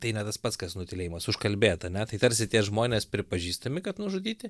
tai ne tas pats kas nutylėjimas užkalbėt ane tai tarsi tie žmonės pripažįstami kad nužudyti